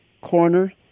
corner